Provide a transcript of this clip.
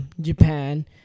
Japan